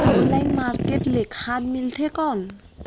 Online market ले खाद मिलथे कौन?